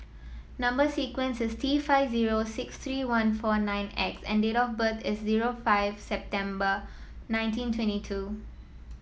number sequence is T five zero six three one four nine X and date of birth is zero five September nineteen twenty two